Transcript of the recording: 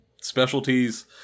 specialties